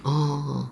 orh